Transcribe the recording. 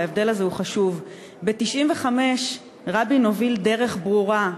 וההבדל הזה חשוב: ב-1995 רבין הוביל דרך ברורה,